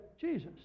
Jesus